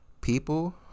people